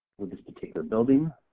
with this particular building.